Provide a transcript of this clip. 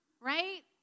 right